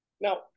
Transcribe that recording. Now